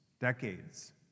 Decades